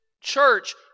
church